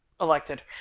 elected